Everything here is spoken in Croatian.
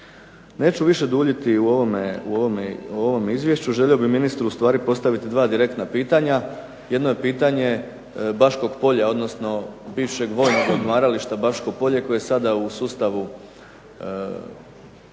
Neću više duljiti o ovome Izvješću, želio bih ministru postaviti dva direktna pitanja. Jedno je pitanje Baškog polja odnosno bivšeg vojnog odmarališta Baško polje koje je sada u sustavu